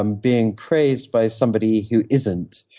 um being praised by somebody who isn't,